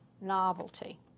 novelty